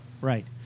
right